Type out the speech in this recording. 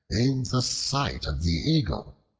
in the sight of the eagle,